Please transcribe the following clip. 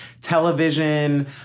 television